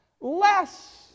Less